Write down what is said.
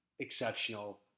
exceptional